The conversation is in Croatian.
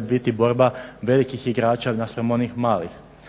biti borba velikih igrača naspram onih malih?